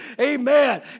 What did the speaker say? Amen